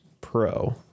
pro